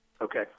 Okay